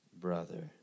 brother